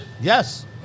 Yes